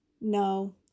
no